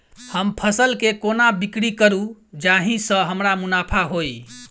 हम फसल केँ कोना बिक्री करू जाहि सँ हमरा मुनाफा होइ?